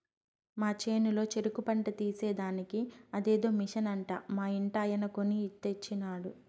మా చేనులో చెరుకు పంట తీసేదానికి అదేదో మిషన్ అంట మా ఇంటాయన కొన్ని తెచ్చినాడు